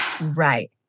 Right